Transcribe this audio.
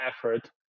effort